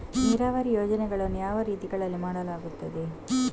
ನೀರಾವರಿ ಯೋಜನೆಗಳನ್ನು ಯಾವ ರೀತಿಗಳಲ್ಲಿ ಮಾಡಲಾಗುತ್ತದೆ?